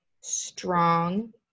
Strong